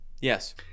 Yes